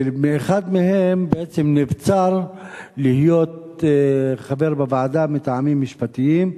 ומאחד מהם בעצם נבצר להיות חבר בוועדה מטעמים משפטיים.